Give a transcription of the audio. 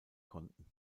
konnten